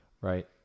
Right